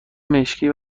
مشکی